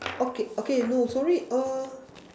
okay okay you know sorry err